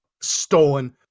stolen